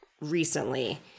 recently